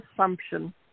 assumption